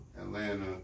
Atlanta